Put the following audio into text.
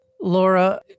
Laura